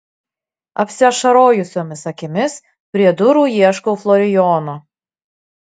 apsiašarojusiomis akimis prie durų ieškau florijono